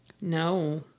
No